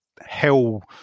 hell